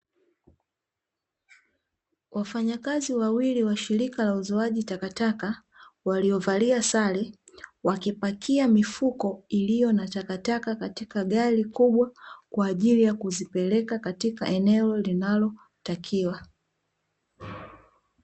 Wafanyakazi wawili wa shirika la uzoaji takataka waliovalia sare, wakipakia mifuko iliyo na takataka katika gari kubwa kwa ajili ya kuzipeleka katika eneo linalotakiwa.